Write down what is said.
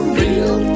real